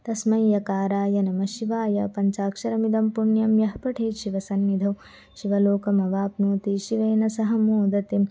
तस्मै यकाराय नमःशिवाय पञ्चाक्षरमिदं पुण्यं यः पठेत् शिवसन्निधौ शिवलोकमवाप्नोति शिवेन सह मोदते